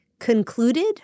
concluded